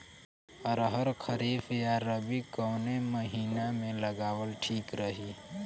अरहर खरीफ या रबी कवने महीना में लगावल ठीक रही?